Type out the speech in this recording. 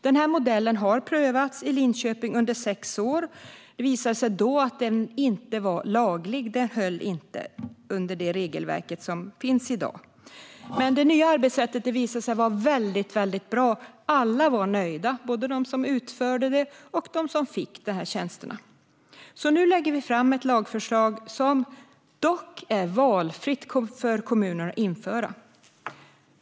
Denna modell har prövats i Linköping under sex år, men det visade sig att den inte var laglig och klarade det regelverk som finns i dag. Men det nya arbetssättet visade sig vara mycket bra. Alla var nöjda, både de som utförde tjänsterna och de som fick dem. Nu lägger vi därför fram ett lagförslag, som dock är valfritt för kommunerna att genomföra.